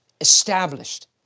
established